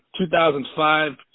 2005